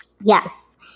Yes